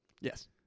Yes